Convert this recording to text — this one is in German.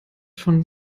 von